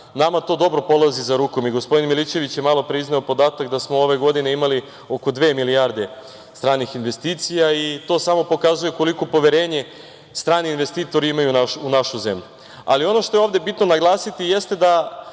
nama to dobro polazi za rukom. Gospodin Milićević je malopre izneo podatak da smo ove godine imali oko dve milijarde stranih investicija i to samo pokazuje koliko poverenje strani investitori imaju u našu zemlju. Ono što je ovde bitno naglasiti jeste da